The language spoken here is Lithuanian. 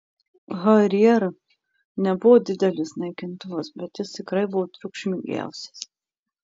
harrier nebuvo didelis naikintuvas bet jis tikrai buvo triukšmingiausias